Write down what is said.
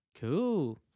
Cool